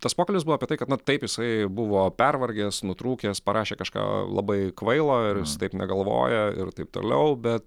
tas pokalbis buvo apie tai kad na taip jisai buvo pervargęs nutrūkęs parašė kažką labai kvailo ir taip negalvoja ir taip toliau bet